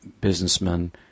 businessman